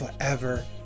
forever